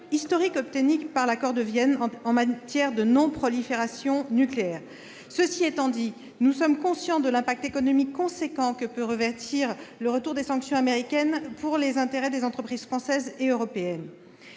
historiques obtenus grâce à cet accord en matière de non-prolifération nucléaire. Cela étant, nous sommes conscients des incidences économiques importantes que peut avoir le retour des sanctions américaines pour les intérêts des entreprises françaises et européennes,